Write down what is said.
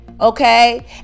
okay